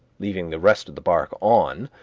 leaving the rest of the bark on,